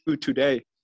today